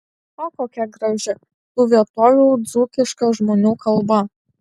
o kokia graži tų vietovių dzūkiška žmonių kalba